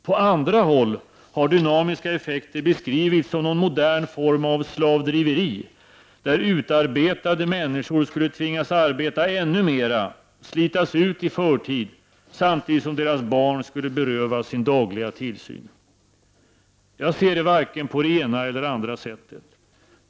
På andra håll har dynamiska effekter beskrivits som någon modern form av slavdriveri, där utarbetade människor skulle tvingas arbeta ännu mera och slitas ut i förtid, samtidigt som deras barn skulle berövas sin dagliga tillsyn. Jag ser det varken på det ena eller på det andra sättet.